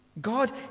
God